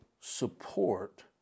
support